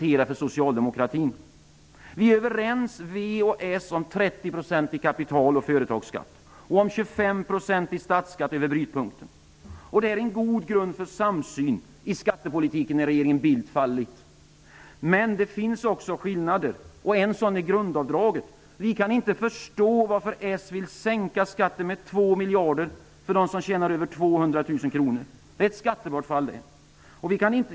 Vänsterpartiet och socialdemokraterna är överens om 30-procentig kapital och företagsskatt, om 25-procentig statsskatt över brytpunkten. Det är en god grund för samsyn i skattepolitiken när regeringen Bildt faller. Men det finns också skillnader. En sådan är grundavdraget. Vi kan inte förstå varför socialdemokraterna vill sänka skatten med 2 miljarder för dem som tjänar över 200 000 kronor.